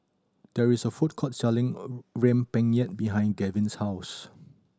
there is a food court selling rempeyek behind Gavyn's house